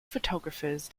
photographers